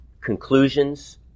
conclusions